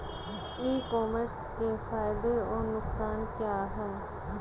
ई commerce के फायदे और नुकसान क्या हैं?